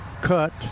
cut